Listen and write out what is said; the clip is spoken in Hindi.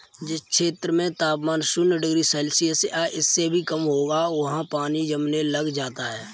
जिस क्षेत्र में तापमान शून्य डिग्री सेल्सियस या इससे भी कम होगा वहाँ पानी जमने लग जाता है